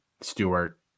Stewart